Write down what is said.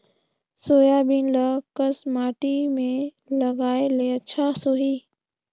Soybean ल कस माटी मे लगाय ले अच्छा सोही?